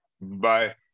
Bye